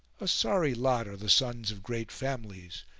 a sorry lot are the sons of great families!